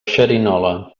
xerinola